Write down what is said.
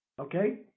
Okay